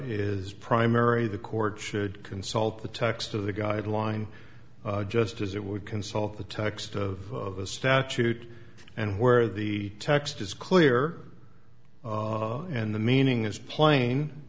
is primary the court should consult the text of the guideline just as it would consult the text of the statute and where the text is clear and the meaning is pla